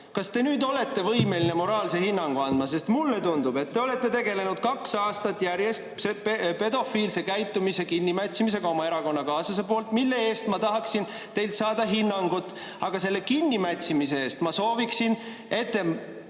Kas te nüüd olete võimeline moraalse hinnangu andma? Sest mulle tundub, et te olete tegelenud kaks aastat järjest pedofiilse käitumise kinnimätsimisega oma erakonnakaaslase poolt, mille kohta ma tahaksin teilt saada hinnangut. Aga selle kinnimätsimise eest ma sooviksin, et te